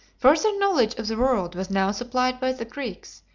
further knowledge of the world was now supplied by the greeks,